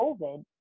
covid